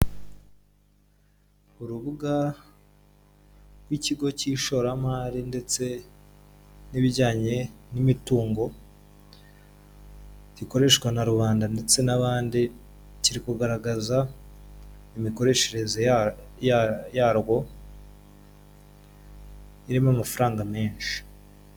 Urubuga rw'ikigo cy'ishoramari ndetse n'ibijyanye n'imitungo, gikoreshwa na rubanda ndetse n'abandi, kiri kugaragaza imikoreshereze yarwo irimo amafaranga menshi.